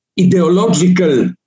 ideological